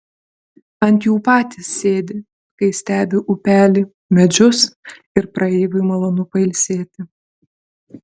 ant jų patys sėdi kai stebi upelį medžius ir praeiviui malonu pailsėti